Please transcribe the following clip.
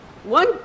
One